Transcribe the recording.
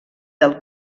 del